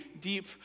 deep